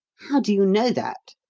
how do you know that?